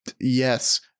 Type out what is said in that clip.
yes